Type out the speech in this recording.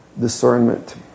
discernment